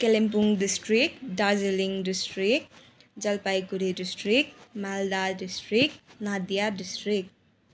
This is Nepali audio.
Kalimpong district Darjeeling district Jalpaiguri district Malda district Nadia district